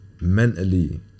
mentally